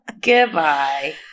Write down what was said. Goodbye